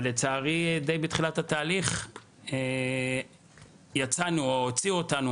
אבל לצערי די בתחילת התהליך יצאנו או הוציאו אותנו